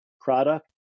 product